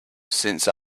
since